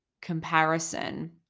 comparison